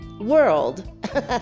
world